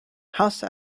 house